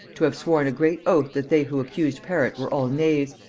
to have sworn a great oath that they who accused perrot were all knaves,